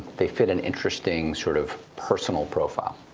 they fit an interesting sort of personal profile.